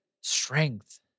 strength